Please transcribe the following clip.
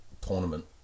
tournament